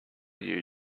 you